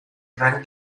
rang